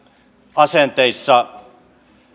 asenteissa